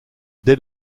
dès